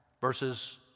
verses